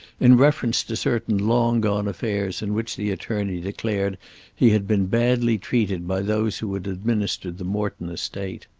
in reference to certain long-gone affairs in which the attorney declared he had been badly treated by those who had administered the morton estate.